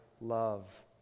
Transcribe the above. love